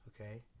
okay